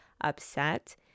upset